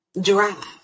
drive